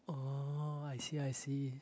orh I see I see